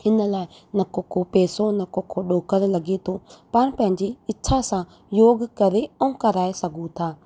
हिन लाइ नको को पैसो नको को ॾोकड़ु लॻे थो पाण पंहिंजी इछा सां योग करे ऐं कराए सघूं था